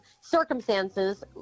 circumstances